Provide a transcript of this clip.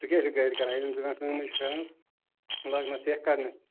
ژٕ کیٛاہ چھُکھ گَرِ کَران ییٚلہِ نہٕ ژٕ کانٛہہ کٲمٕے چھُکھ کَران وۅنۍ لگکھ نا سٮ۪کھ کَڈنَس تہِ